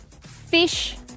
Fish